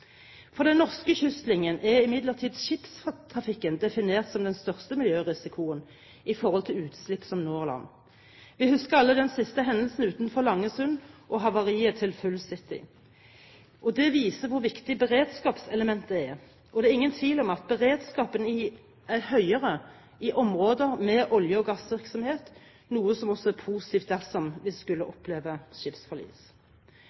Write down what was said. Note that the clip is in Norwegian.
For den norske kystlinjen er imidlertid skipstrafikken definert som den største miljørisikoen i forhold til utslipp som når land. Vi husker alle den siste hendelsen utenfor Langesund og havariet til «Full City». Det viser hvor viktig beredskapselementet er, og det er ingen tvil om at beredskapen er høyere i områder med olje- og gassvirksomhet, noe som også er positivt dersom vi skulle